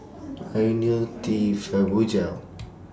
Ionil T Fibogel